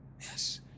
yes